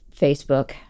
facebook